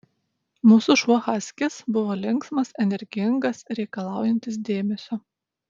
mūsų šuo haskis buvo linksmas energingas reikalaujantis dėmesio